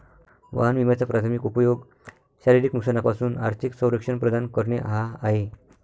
वाहन विम्याचा प्राथमिक उपयोग शारीरिक नुकसानापासून आर्थिक संरक्षण प्रदान करणे हा आहे